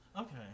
Okay